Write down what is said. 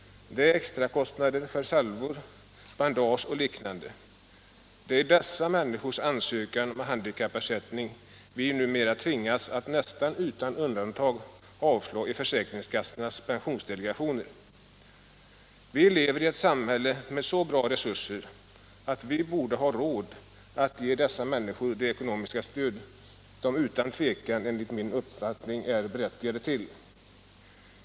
Det gäller extra kostnader för salvor, bandage och liknande. Det är dessa människors ansökan om handikappersättning vi numera tvingas att nästan utan undantag avslå i försäkringskassornas pensionsdelegationer. Vi lever i ett samhälle med så goda resurser att vi borde ha råd att ge dessa människor det ekonomiska stöd de, enligt min uppfattning, utan tvivel är berättigade till.